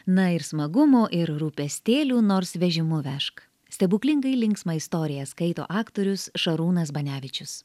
na ir smagumo ir rūpestėlių nors vežimu vežk stebuklingai linksmą istoriją skaito aktorius šarūnas banevičius